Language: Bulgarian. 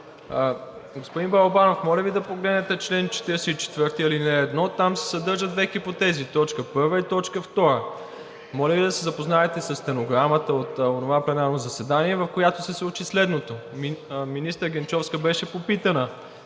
Господин Балабанов, моля Ви да погледнете чл. 44, ал. 1. Там се съдържат две хипотези – точка първа и точка втора. Моля Ви да се запознаете със стенограмата от онова пленарно заседание, в която се случи следното. Министър Генчовска беше попитана: